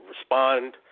respond